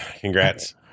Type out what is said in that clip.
Congrats